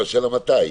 השאלה מתי.